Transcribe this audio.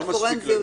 ההבדל הוא שאתה